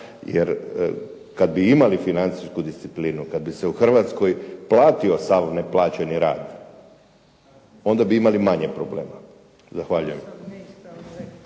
jer kad bi imali financijsku disciplinu, kad bi se u Hrvatskoj platio sav neplaćeni rad, onda bi imali manje problema. Zahvaljujem.